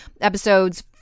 Episodes